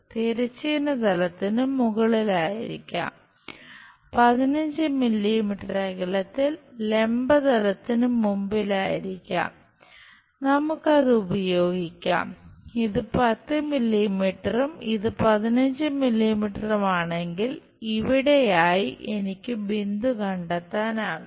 40 millimetre ആണെങ്കിൽ ഇവിടെയായി എനിക്ക് ബിന്ദു കണ്ടെത്താനാകും